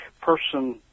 person